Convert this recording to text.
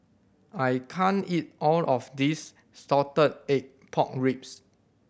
I can't eat all of this salted egg pork ribs